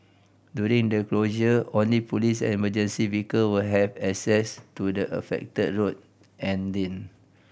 during the closure only police and emergency vehicle will have access to the affected road and lane